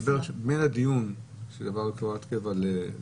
אני מדבר עכשיו מהדיון שהעברת כהוראת קבע לעכשיו,